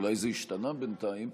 אולי זה השתנה בינתיים,